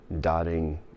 dotting